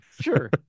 sure